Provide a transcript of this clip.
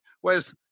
Whereas